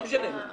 לא משנה.